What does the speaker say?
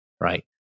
Right